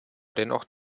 dennoch